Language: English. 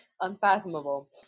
Unfathomable